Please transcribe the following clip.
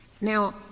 Now